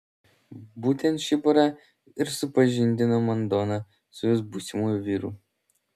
būtent ši pora ir supažindino madoną su jos būsimuoju vyru